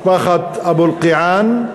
משפחת אבו אלקיעאן.